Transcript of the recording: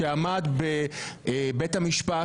שעמד בבית המשפט,